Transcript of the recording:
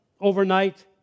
overnight